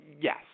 Yes